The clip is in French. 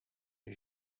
est